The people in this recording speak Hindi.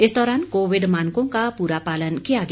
इस दौरान कोविड मानकों का प्रा पालन किया गया